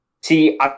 See